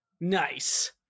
nice